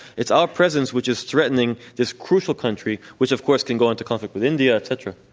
it's our presence which is threatening this crucial country, which, of course, can go into conflict with india, et cetera.